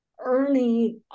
Ernie